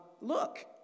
look